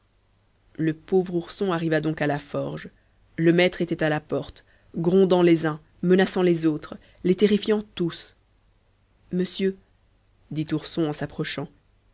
le pauvre ourson arriva donc à la forge le maître était à la porte grondant les uns menaçant les autres les terrifiant tous monsieur dit ourson en s'approchant